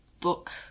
book